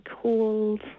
called